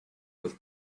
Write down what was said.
with